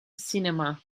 cinema